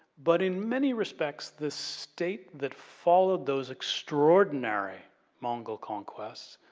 but in many respects the state that followed those extraordinary mongol conquests.